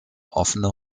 offene